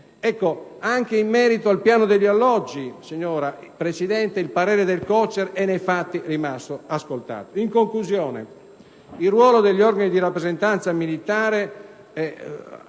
Anche in merito al piano alloggi, signora Presidente, il parere del COCER è, nei fatti, rimasto inascoltato. In conclusione, il ruolo degli organi di rappresentanza militare